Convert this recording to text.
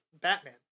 batman